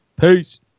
peace